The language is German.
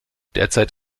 derzeit